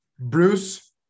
Bruce